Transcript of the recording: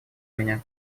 меня